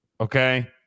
okay